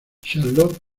charlot